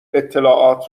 اطلاعات